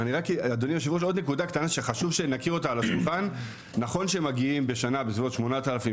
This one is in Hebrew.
אדוני היושב ראש עוד נקודה קטנה שנכיר נכון שמגיעים בשנה בסיבות 8,000